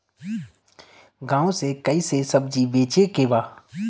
गांव से कैसे सब्जी बेचे के बा?